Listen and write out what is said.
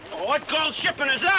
what gold shipment is that?